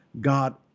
God